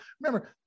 Remember